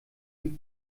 die